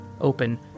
Open